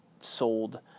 sold